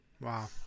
Wow